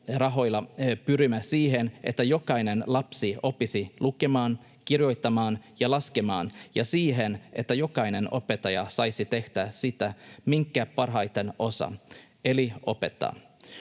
pyrimme siihen, että jokainen lapsi oppisi lukemaan, kirjoittamaan ja laskemaan, ja siihen, että jokainen opettaja saisi tehdä sitä, minkä parhaiten osaa, eli opettaa.